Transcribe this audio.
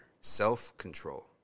Self-control